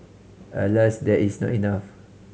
alas that is not enough